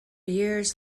years